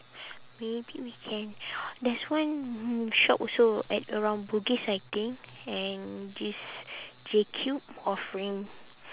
maybe we can there's one shop also at around bugis I think and this Jcube offering